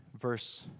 verse